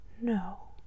No